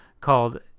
called